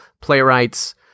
playwrights